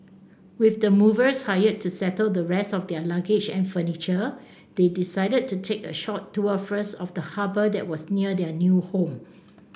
with the movers hired to settle the rest of their luggage and furniture they decided to take a short tour first of the harbour that was near their new home